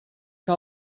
que